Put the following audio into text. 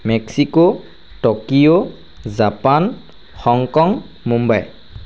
Mexico Tokyo Japan Hong Kong Mumbai